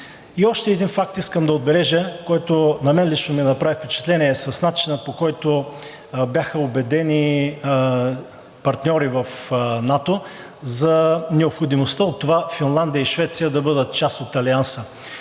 И още един факт искам да отбележа, който на мен лично ми направи впечатление с начина, по който бяха убедени партньори в НАТО за необходимостта от това Финландия и Швеция да бъдат част от Алианса.